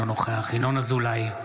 אינו נוכח ינון אזולאי,